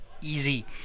easy